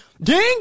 ding